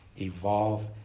evolve